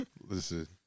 Listen